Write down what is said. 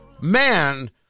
man